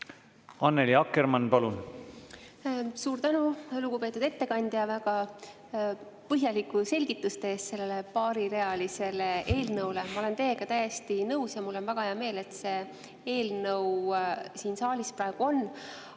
Annely Akkermann, palun! Suur tänu, lugupeetud ettekandja, väga põhjaliku selgituse eest selle paarirealise eelnõu kohta! Ma olen teiega täiesti nõus ja mul on väga hea meel, et see eelnõu siin saalis praegu on.